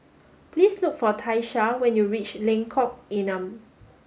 please look for Tiesha when you reach Lengkok Enam